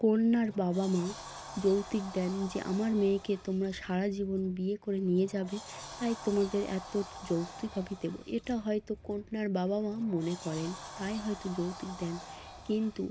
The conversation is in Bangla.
কন্যার বাবা মা যৌতুক দেন যে আমার মেয়েকে তোমরা সারা জীবন বিয়ে করে নিয়ে যাবে তাই তোমাদের এতো যৌতুক আমি দেবো এটা হয়তো কন্যার বাবা মা মনে করেন তাই হয়তো যৌতুক দেন কিন্তু